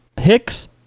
hicks